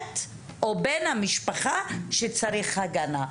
מבקשת או בן המשפחה שצריך הגנה.